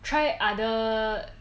try other